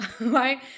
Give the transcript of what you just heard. right